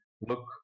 look